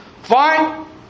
Fine